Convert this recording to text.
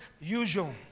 usual